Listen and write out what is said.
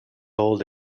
old